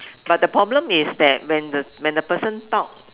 but the problem is that when the when the person talk